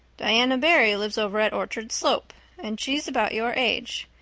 diana barry lives over at orchard slope and she's about your age.